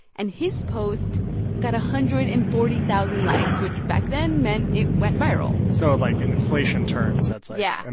and his post got one hundred and forty thousand likes, which, back then, meant it went viral so like, in inflation terms, that's like. yeah. and